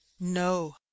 no